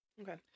Okay